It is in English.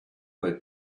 they